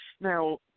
Now